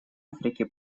африки